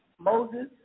Moses